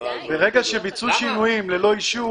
שביצעו שינויים ללא אישור.